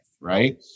Right